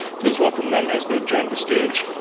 please welcome them as they've joined the stage.